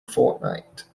fortnight